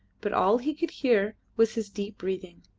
but all he could hear was his deep breathing.